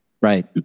Right